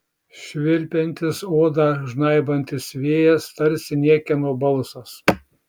švilpiantis odą žnaibantis vėjas tarsi niekieno balsas